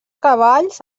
cavalls